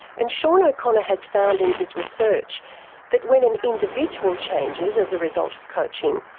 and sean o'connor has found in his research that when an individual changes as a result of coaching,